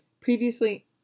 previously